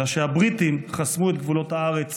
אלא שהבריטים חסמו את גבולות הארץ